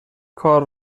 کار